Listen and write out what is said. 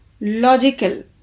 Logical